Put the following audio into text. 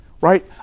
Right